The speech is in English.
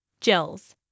Gels